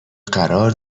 قرار